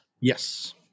Yes